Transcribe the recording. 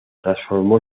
transformó